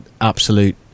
absolute